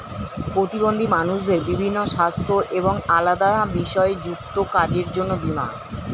প্রতিবন্ধী মানুষদের বিভিন্ন সাস্থ্য এবং আলাদা বিষয় যুক্ত কাজের জন্য বীমা